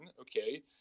okay